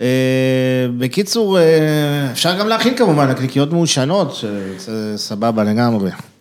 בקיצור, אפשר גם להכין כמובן, נקניקיות מעושנות, זה סבבה לגמרי.